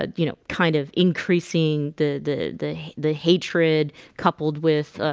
ah you know, kind of increasing the the the the hatred coupled with ah,